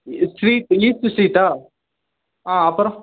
இ street east ஸ்ட்ரீட்டா ஆ அப்புறோம்